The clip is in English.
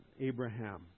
Abraham